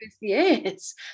yes